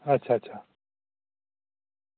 अच्छा अच्छा